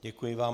Děkuji vám.